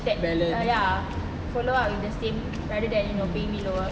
ya follow up with the same rather than you know paying me lower